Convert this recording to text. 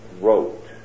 wrote